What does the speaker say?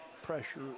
pressure